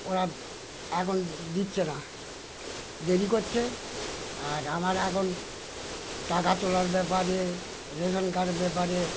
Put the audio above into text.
ওরা এখন দিচ্ছে না দেরি করছে আর আমার এখন টাকা তোলার ব্যাপারে রেশন কার্ড ব্যাপারে